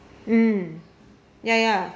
mm ya ya